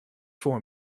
for